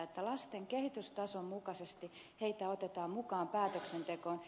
että lasten kehitystason mukaisesti heitä otetaan mukaan päätöksentekoon